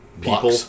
people